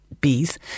Bees